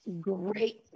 great